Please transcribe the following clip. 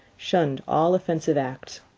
shunned all offensive acts.